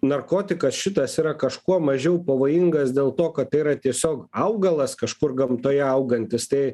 narkotikas šitas yra kažkuo mažiau pavojingas dėl to kad yra tiesiog augalas kažkur gamtoje augantis tai